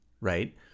right